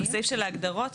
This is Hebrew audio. אבל בסעיף של ההגדרות?